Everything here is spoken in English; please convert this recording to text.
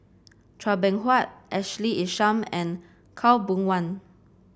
Chua Beng Huat Ashley Isham and Khaw Boon Wan